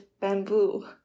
bamboo